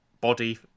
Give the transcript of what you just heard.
body